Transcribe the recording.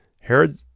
herod